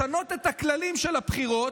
לשנות את הכללים של הבחירות,